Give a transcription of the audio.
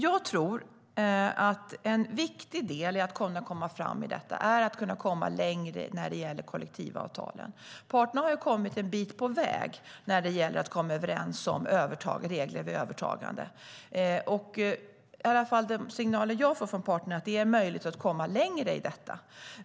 Jag tror att en viktig del i att kunna komma fram i detta är att komma längre när det gäller kollektivavtalen. Parterna har kommit en bit på väg när det gäller att komma överens om regler vid övertagande. De signaler jag får från parterna är att det är möjligt att komma längre i detta.